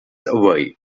away